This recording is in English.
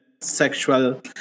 sexual